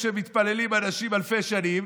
איפה שמתפללים אנשים אלפי שנים,